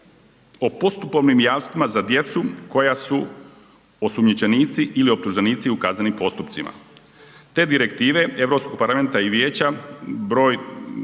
o postupovnim jamstvima za djecu koja su osumnjičenici ili optuženici u kaznenim postupcima te Direktive EU parlamenta i Vijeća br.